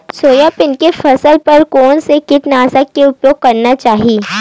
Soybean के फसल बर कोन से कीटनाशक के उपयोग करना चाहि?